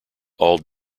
all